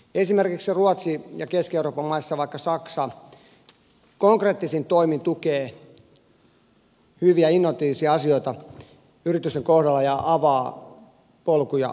esimerkiksi ruotsi ja keski euroopan maista vaikka saksa konkreettisin toimin tukevat hyviä innovatiivisia asioita yritysten kohdalla ja avaavat polkuja kiinan markkinoille